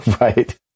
Right